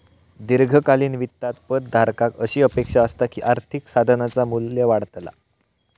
दीर्घकालीन वित्तात पद धारकाक अशी अपेक्षा असता की आर्थिक साधनाचा मू्ल्य वाढतला